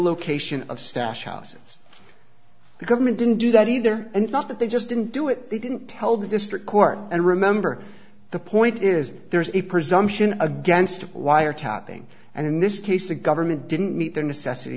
location of stash houses the government didn't do that either and not that they just didn't do it they didn't tell the district court and remember the point is there is a presumption against wiretapping and in this case the government didn't meet their necessity